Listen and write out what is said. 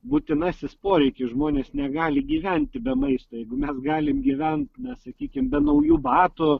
būtinasis poreikis žmonės negali gyventi be maisto jeigu mes galim gyvent na sakykim be naujų batų